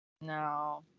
No